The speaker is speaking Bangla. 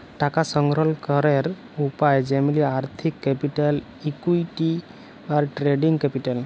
টাকা সংগ্রহল ক্যরের উপায় যেমলি আর্থিক ক্যাপিটাল, ইকুইটি, আর ট্রেডিং ক্যাপিটাল